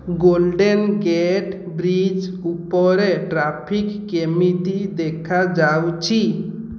golden Gate Bridge ଉପରେ traffic କେମିତି ଦେଖାଯାଉଛି